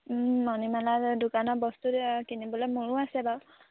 মণিমালাৰ দোকানৰ বস্তু কিনিবলৈ মোৰো আছে বাৰু